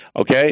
Okay